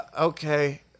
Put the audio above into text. Okay